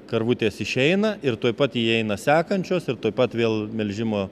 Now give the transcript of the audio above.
karvutės išeina ir tuoj pat įeina sekančios ir tuoj pat vėl melžimo